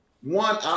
One